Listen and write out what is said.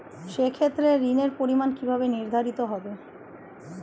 সে ক্ষেত্রে ঋণের পরিমাণ কিভাবে নির্ধারিত হবে?